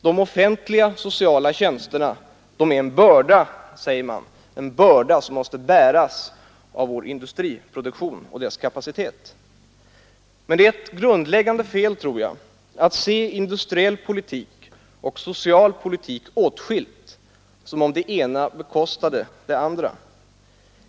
De offentliga sociala tjänsterna är en börda, säger man, som måste bäras av vår industriproduktion och dess kapacitet. Men det är ett grundläggande fel, tror jag, att se industriell politik och social politik åtskilda, som om det ena bekostade det andra.